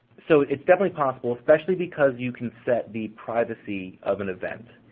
so it's definitely possible, especially because you can set the privacy of an event.